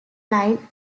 line